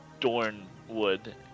Dornwood